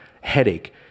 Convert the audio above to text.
headache